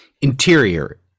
interior